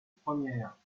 première